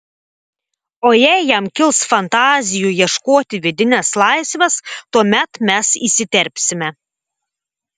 o jei jam kils fantazijų ieškoti vidinės laisvės tuomet mes įsiterpsime